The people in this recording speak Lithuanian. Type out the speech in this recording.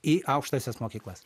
į aukštąsias mokyklas